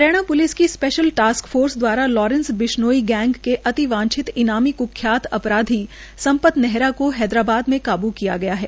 Haryana police की special task force द्वारा Lawrence Bishnoi gang के अति वांछित क्ख्यात अपराधी सम्पत नेहरा को हैदराबाद में काब् किया गया है